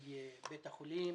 נציגי בית החולים